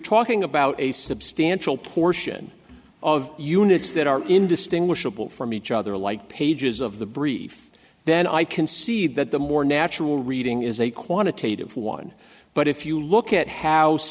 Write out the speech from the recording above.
talking about a substantial portion of units that are indistinguishable from each other like pages of the brief then i can see that the more natural reading is a quantitative one but if you look